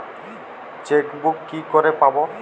Chequebook কি করে পাবো?